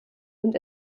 und